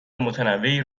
متنوعی